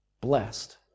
blessed